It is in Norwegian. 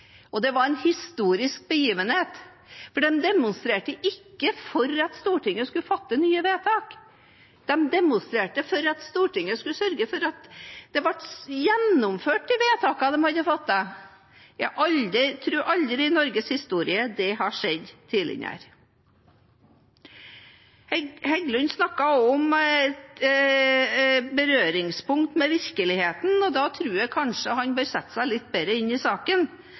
Det var en historisk begivenhet, for de demonstrerte ikke for at Stortinget skulle fatte nye vedtak. De demonstrerte for at Stortinget skulle sørge for at de vedtakene som var fattet, ble gjennomført. Jeg tror at det aldri i Norges historie har skjedd tidligere. Heggelund snakket også om berøringspunkt med virkeligheten. Da tror jeg kanskje han bør sette seg litt bedre inn i saken.